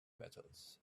metals